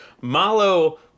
Malo